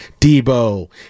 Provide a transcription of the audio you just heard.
Debo